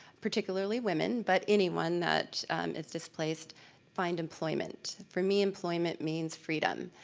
particularly women, but anyone that is just placed find employment. for me, employment means freedom.